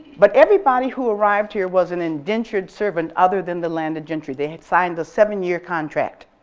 but everybody who arrived here was an indentured servant other than the landed gentry. they had signed a seven year contract